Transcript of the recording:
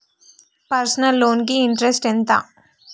Personal loan కి interest ఎంత?